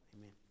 Amen